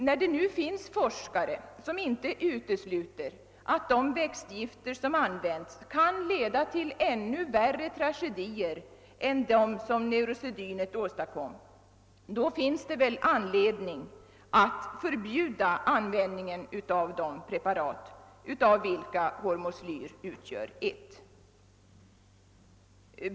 När det nu finns forskare som inte utesluter att de växtgifter som används kan leda till ännu värre tragedier än neurosedynet åstadkom, är det all anledning att förbjuda användningen av dessa preparat, av vilka hormoslyr utgör ett.